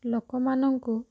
ଲୋକମାନଙ୍କୁ